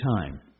time